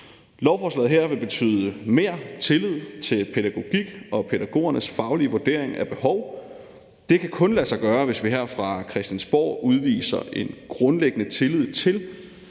Forslaget her vil betyde mere tillid til pædagogik og pædagogernes faglige vurdering af behov. Det kan kun lade sig gøre, hvis vi her fra Christiansborg udviser en grundlæggende tillid til,